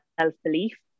self-belief